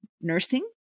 nursing